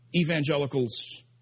evangelicals